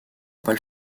pas